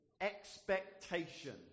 expectation